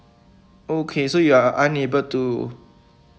okay so you are unable to